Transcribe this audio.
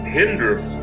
hinders